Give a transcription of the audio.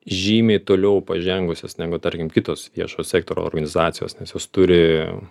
žymiai toliau pažengusios negu tarkim kitos viešojo sektorio organizacijos nes jos turi